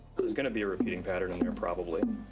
there's going to be a repeating pattern in there, probably.